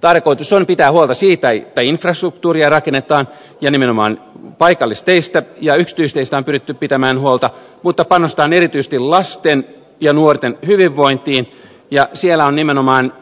tarkoitus on pitää huolta siitä että infrastruktuuria rakennetaan ja nimenomaan paikallisteistä ja yksityisteistä on pyritty pitämään huolta mutta panostetaan erityisesti lasten ja nuorten hyvinvointiin ja siellä on nimenomaan